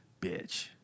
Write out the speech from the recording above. bitch